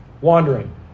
wandering